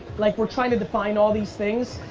like we're trying to define all these things,